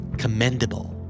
commendable